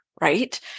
right